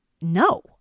no